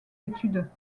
études